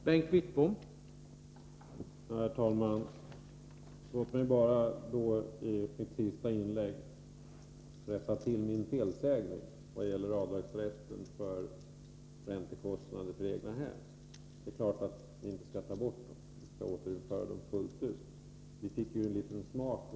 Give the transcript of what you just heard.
Herr talman! Låt mig bara i mitt sista inlägg rätta till min felsägning vad gäller avdragsrätt för räntekostnader för egna hem. Det är klart att vi inte skall ta bort den. Vi skall i stället återinföra den fullt ut.